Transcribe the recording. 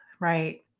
right